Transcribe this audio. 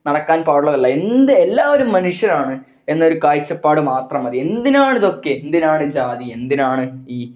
നടക്കാൻ പാടുള്ളതല്ല എന്ത് എല്ലാവരും മനുഷ്യരാണ് എന്നൊരു കാഴ്ചപ്പാട് മാത്രം മതി എന്തിനാണ് ഇതൊക്കെ എന്തിനാണ് ജാതി എന്തിനാണ് ഈ